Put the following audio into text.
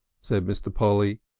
said mr. polly,